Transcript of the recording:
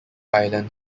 island